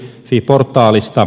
fi portaalista